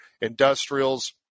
industrials